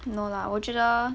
no lah 我觉得